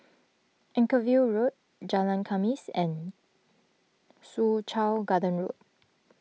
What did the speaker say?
Anchorvale Road Jalan Khamis and Soo Chow Garden Road